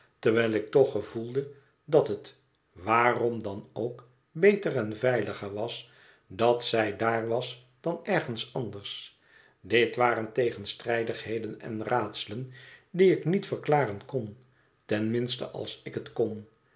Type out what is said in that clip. terwijl ik toch gevoelde dat het waarom dan ook beter en veiliger was dat zij daar was dan ergens anders dit waren tegenstrijdigheden en raadselen die ik niet verklaren kon ten minste als ik het kon